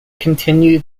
continue